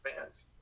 fans